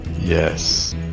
Yes